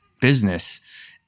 business